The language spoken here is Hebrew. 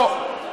לא.